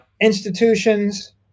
institutions